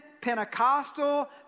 Pentecostal